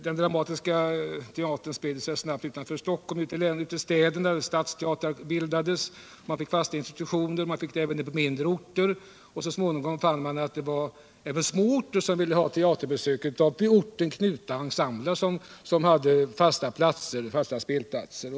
Den dramatiska teatern spred sig snabbt från Stockholm ut till städerna, där stadsteatrar bildades. Så småningom fann man att även mindre orter ville ha teaterbesök av ensembler, som hade fasta spelplatser.